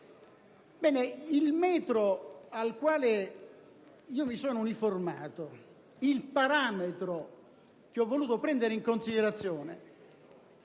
il metro al quale mi sono uniformato, il parametro che ho voluto prendere in considerazione,